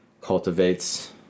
cultivates